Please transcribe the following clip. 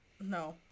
No